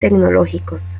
tecnológicos